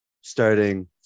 starting